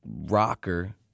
rocker